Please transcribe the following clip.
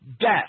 death